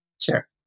Sure